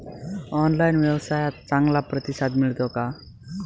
Online व्यवसायात चांगला प्रतिसाद मिळतो का?